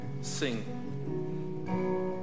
sing